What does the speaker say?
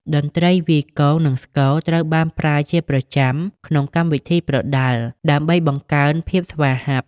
តន្ត្រីវាយគង និង ស្គរ ត្រូវបានប្រើជាប្រចាំក្នុងកម្មវិធីប្រដាល់ដើម្បីបង្កើនភាពស្វាហាប់។